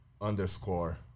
underscore